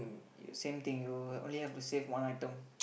same thing you only have to save one item